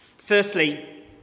Firstly